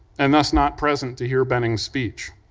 and thus not present to hear benning's speech,